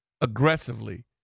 aggressively